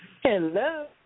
Hello